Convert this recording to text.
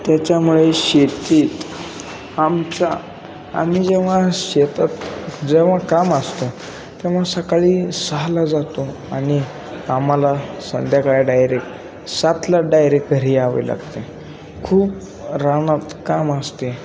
त्याच्यामुळे शेतीत आमचा आम्ही जेव्हा शेतात जेव्हा काम असतो तेव्हा सकाळी सहाला जातो आणि आम्हाला संध्याकाळ डायरेक सातला डायरेक घरी यावे लागते खूप रानात काम असते